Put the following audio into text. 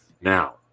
Now